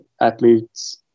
athletes